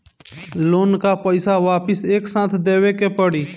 Loan का पईसा वापिस एक साथ देबेके पड़ी?